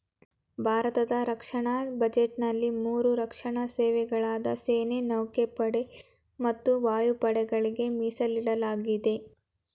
ಭಾರತದ ರಕ್ಷಣಾ ಬಜೆಟ್ನಲ್ಲಿ ಮೂರು ರಕ್ಷಣಾ ಸೇವೆಗಳಾದ ಸೇನೆ ನೌಕಾಪಡೆ ಮತ್ತು ವಾಯುಪಡೆಗಳ್ಗೆ ಮೀಸಲಿಡಲಾಗಿದೆ